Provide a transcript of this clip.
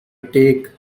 take